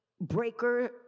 breaker